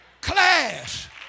Class